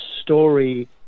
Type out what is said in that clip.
story